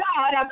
God